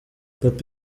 papa